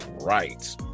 right